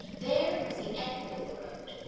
there was the end of the road,